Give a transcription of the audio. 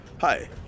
Hi